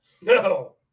No